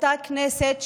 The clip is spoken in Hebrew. אותה כנסת,